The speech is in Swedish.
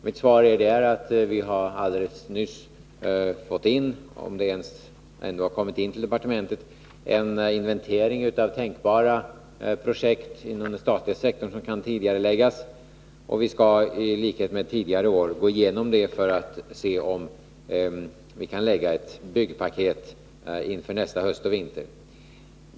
Mitt svar är att det alldeles nyss till departementet har inkommit resultaten av en inventering inom den statliga sektorn av tänkbara projekt, som kan tidigareläggas. Vi skall, i likhet med tidigare år, gå igenom den inventeringen för att se om vi kan lägga fram ett byggpaket inför nästa höst och vinter.